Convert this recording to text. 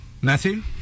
Matthew